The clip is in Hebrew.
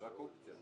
זאת רק אופציה.